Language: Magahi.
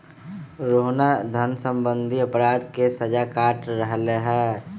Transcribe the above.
रोहना धन सम्बंधी अपराध के सजा काट रहले है